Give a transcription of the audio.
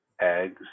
eggs